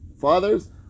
fathers